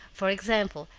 for example,